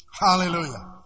Hallelujah